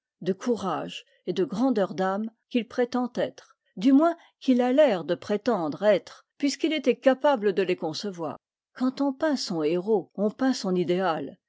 de courage et de grandeur d'âme qu'il prétend être du moins qu'il a l'air de prétendre être puisqu'il était capable de les concevoir quand on peint son héros on peint son idéal